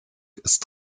ist